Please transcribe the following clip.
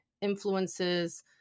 influences